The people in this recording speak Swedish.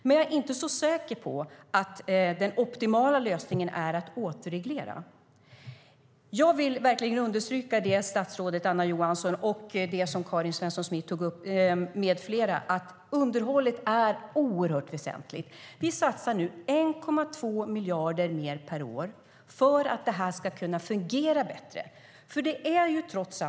Jag är dock inte så säker på att den optimala lösningen är att återreglera. Låt mig understryka det statsrådet Anna Johansson, Karin Svensson Smith med flera tog upp. Underhållet är oerhört väsentligt. Vi satsar 1,2 miljarder mer per år för att detta ska fungera bättre.